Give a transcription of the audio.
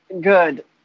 good